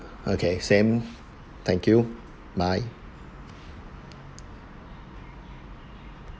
okay same thank you bye